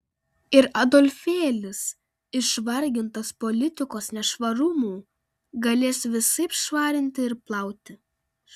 ir adolfėlis išvargintas politikos nešvarumų galės visaip švarinti ir plauti